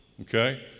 okay